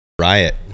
riot